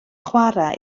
chware